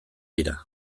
dira